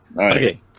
Okay